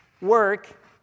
work